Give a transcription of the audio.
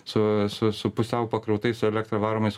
su su su pusiau pakrautais su elektra varomais